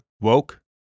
Woke